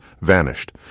vanished